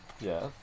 Yes